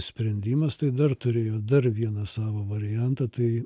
sprendimas tai dar turėjo dar vieną savo variantą tai